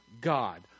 God